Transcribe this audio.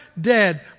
dead